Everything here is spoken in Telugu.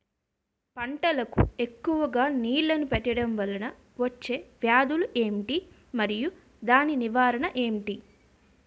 పంటలకు ఎక్కువుగా నీళ్లను పెట్టడం వలన వచ్చే వ్యాధులు ఏంటి? మరియు దాని నివారణ ఏంటి?